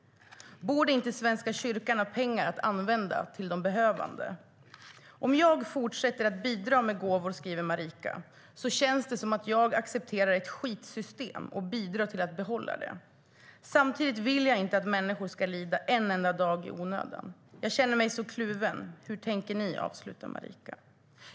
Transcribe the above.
Borde inte Svenska kyrkan ha pengar att använda till de behövande? - Om jag fortsätter att bidra med gåvor, skriver Marika, känns det som att jag accepterar ett skitsystem och bidrar till att behålla det. Samtidigt vill jag inte att människor ska lida en enda dag i onödan. Jag känner mig så kluven. Hur tänker ni? avslutar Marika.